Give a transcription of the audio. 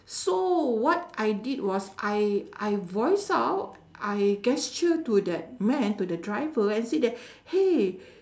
so what I did was I I voiced out I gesture to that man to the driver and say that !hey!